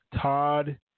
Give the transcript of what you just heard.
Todd